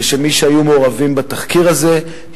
ושמי שהיו מעורבים ייחקרו,